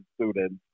students